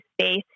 space